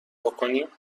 بکنیم